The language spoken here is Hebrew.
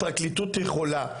הפרקליטות יכולה,